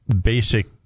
basic